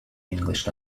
english